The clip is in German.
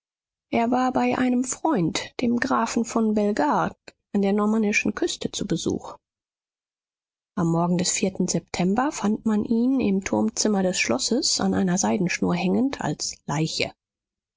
er war bei einem freund dem grafen von belgarde an der normannischen küste zu besuch am morgen des vierten september fand man ihn im turmzimmer des schlosses an einer seidenschnur hängend als leiche